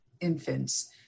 infants